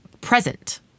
present